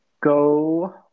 go